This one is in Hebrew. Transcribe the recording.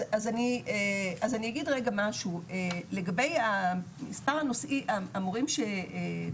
אז אני אגיד רגע משהו, לגבי מספר המורים שנוסעים.